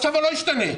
מצבו לא ישתנה.